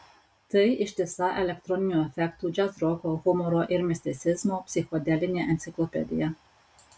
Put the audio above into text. tai ištisa elektroninių efektų džiazroko humoro ir misticizmo psichodelinė enciklopedija